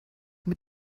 mit